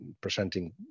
presenting